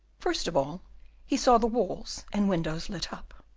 first of all he saw the walls and windows lit up.